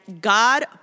God